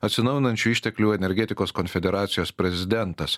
atsinaujinančių išteklių energetikos konfederacijos prezidentas